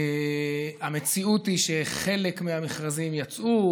המציאות היא שחלק מהמכרזים יצאו,